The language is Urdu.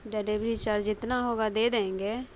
ڈلیوری چارج جتنا ہوگا دے دیں گے